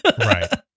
Right